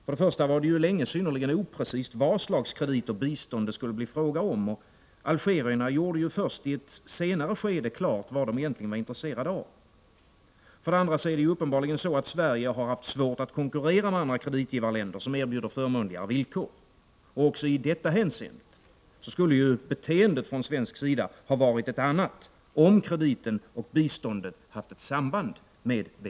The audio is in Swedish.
För det första var det länge synnerligen oprecist vad för slags kredit och bistånd det skulle bli fråga om, och algerierna gjorde först i ett senare skede klart vad de egentligen var intresserade av. För det andra har Sverige uppenbarligen haft svårt att konkurrera med andra kreditgivarländer som erbjuder förmånligare villkor. Också i detta hänseende skulle beteendet från svensk sida ha varit ett annat om krediten och biståndet haft ett samband med BPA.